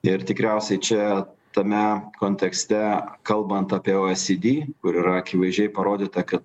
ir tikriausiai čia tame kontekste kalbant apie oesydy kur yra akivaizdžiai parodyta kad